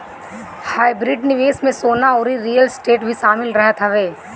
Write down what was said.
hybrid निवेश में सोना अउरी रियल स्टेट भी शामिल रहत हवे